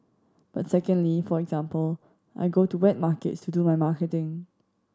but secondly for example I go to wet markets to do my marketing